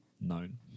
known